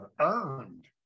earned